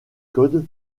code